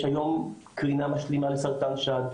יש היום קרינה משלימה לסרטן שד,